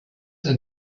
and